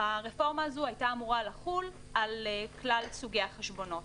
הרפורמה הזאת הייתה אמורה לחול על כלל סוגי החשבונות.